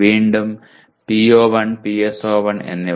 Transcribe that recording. വീണ്ടും PO1 PSO1 എന്നിവ